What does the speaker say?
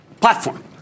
platform